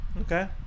Okay